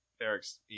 Eric's